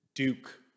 duke